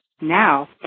Now